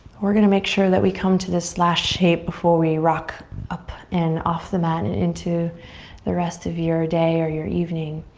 we're gonna make sure that we come to this last shape before we rock up and off the mat and into the rest of your day or your evening.